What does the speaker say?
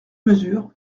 mesures